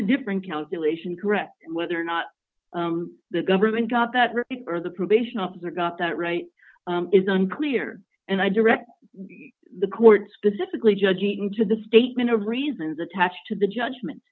a different calculation correct whether or not the government got that right or the probation officer got that right is unclear and i direct the court specifically judge eaton to the statement of reasons attached to the judgment